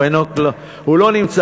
הוא אינו, הוא לא נמצא.